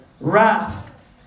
Wrath